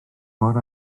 mor